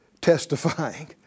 testifying